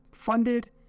funded